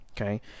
okay